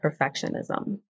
perfectionism